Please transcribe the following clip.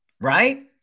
Right